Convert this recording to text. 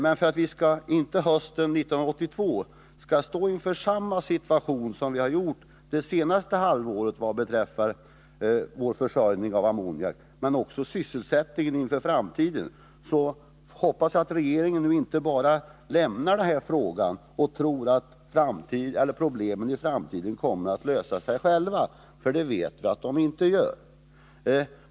Men för att vi inte hösten 1982 skall stå inför samma situation som vi har haft det senaste halvåret vad beträffar vår försörjning av ammoniak men också vad beträffar sysselsättningen inför framtiden, så hoppas jag att regeringen nu inte bara lämnar den här frågan och tror att problemen löser sig själva, för det vet vi att de inte gör.